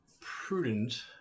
prudent